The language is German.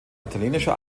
italienischer